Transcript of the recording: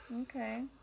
Okay